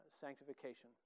sanctification